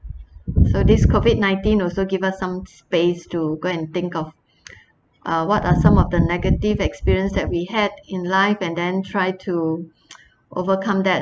so this COVID nineteen also give us some space to go and think of uh what are some of the negative experience that we had in life and then try to overcome that